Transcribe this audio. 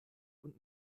und